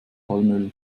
palmöl